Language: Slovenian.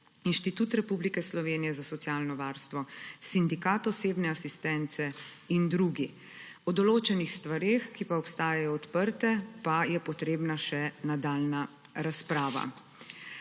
Inštitut Republike Slovenije za socialno varstvo, Sindikat osebne asistence in drugi. O določenih stvareh, ki pa ostajajo odprte, pa je potrebna še nadaljnja razprava.